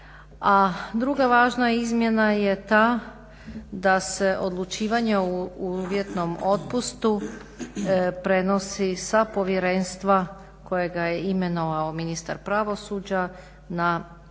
druga važna izmjena je ta da se odlučivanje o uvjetnom otpustu prenosi sa povjerenstva kojega je imenovao ministar pravosuđa, na suca